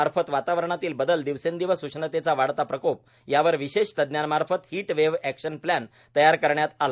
मार्फत वातावरणातील बदल दिवसेंदिवस उष्णतेचा वाढता प्रकोप यावर विशेष तज्ज्ञांमार्फत हिट वेव्ह अॅक्शन प्लॅन तयार करण्यात आला